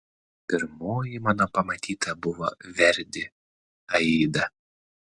pirmoji mano pamatyta buvo verdi aida